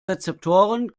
rezeptoren